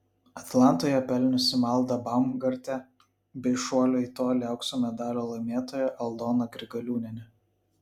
atlantoje pelniusi malda baumgartė bei šuolio į tolį aukso medalio laimėtoja aldona grigaliūnienė